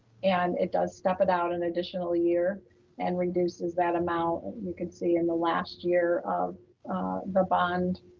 and it does step it out an additional year and reduces that amount, you could see in the last year of the bond